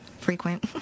frequent